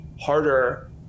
harder